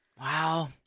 Wow